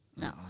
no